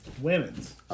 Women's